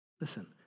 Listen